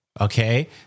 okay